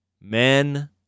Men